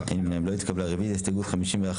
בעד הרוויזיה על הסתייגות מספר 48?